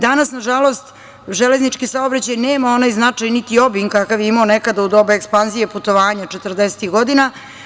Danas, nažalost, železnički saobraćaj nema onaj značaj, niti obim kakav je imao nekada u doba ekspanzije putovanja četrdesetih godina.